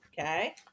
Okay